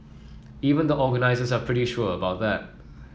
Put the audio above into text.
even the organisers are pretty sure about that